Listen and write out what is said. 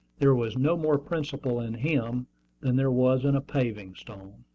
there was no more principle in him than there was in a paving-stone.